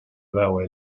railway